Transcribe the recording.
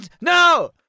No